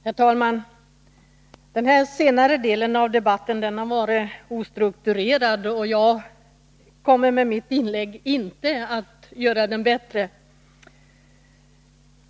Herr talman! Den senare delen av debatten har varit ostrukturerad, och jag kommer med mitt inlägg inte att göra den bättre.